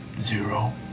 Zero